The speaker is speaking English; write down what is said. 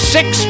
Six